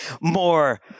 more